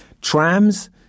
Trams